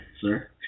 sir